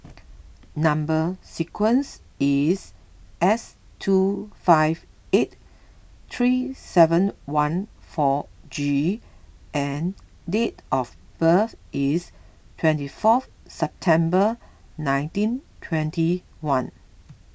Number Sequence is S two five eight three seven one four G and date of birth is twenty fourth September nineteen twenty one